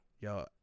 Yo